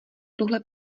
tuhle